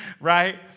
Right